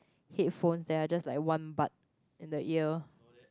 headphones that are just like one bud and the ear